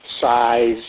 size